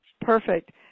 Perfect